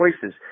choices